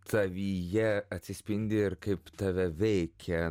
tavyje atsispindi ir kaip tave veikia